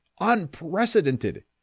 unprecedented